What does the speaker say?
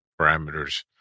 parameters